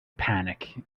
panic